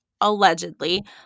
allegedly